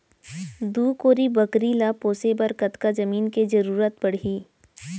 दू कोरी बकरी ला पोसे बर कतका जमीन के जरूरत पढही?